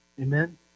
Amen